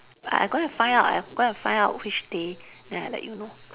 I go and find out I go and find out which day then I let you know